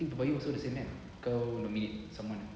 I think PERBAYU also the same kan kau nominate someone